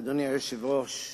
אדוני היושב-ראש,